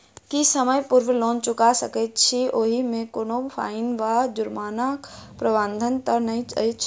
की समय पूर्व लोन चुका सकैत छी ओहिमे कोनो फाईन वा जुर्मानाक प्रावधान तऽ नहि अछि?